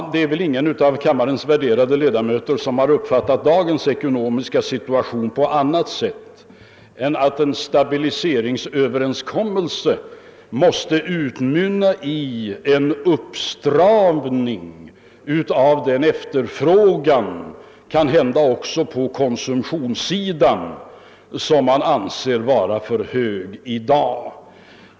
Det är väl ingen av kammarens värderade ledamöter som har uppfattat dagens ekonomiska situation på annat sätt än att en stabiliseringsöverenskommelse måste utmynna i en uppstramning av den efterfrågan, kanhända också på konsumtionssidan, som anses vara för hög i dag.